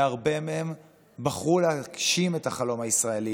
והרבה מהם בחרו להגשים את החלום הישראלי